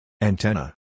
Antenna